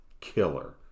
killer